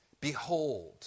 Behold